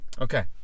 Okay